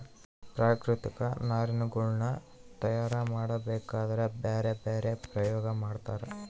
ಪ್ರಾಕೃತಿಕ ನಾರಿನಗುಳ್ನ ತಯಾರ ಮಾಡಬೇಕದ್ರಾ ಬ್ಯರೆ ಬ್ಯರೆ ಪ್ರಯೋಗ ಮಾಡ್ತರ